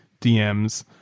DMs